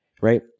right